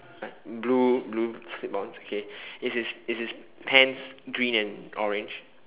like blue blue slip ons okay is his is his pants green and orange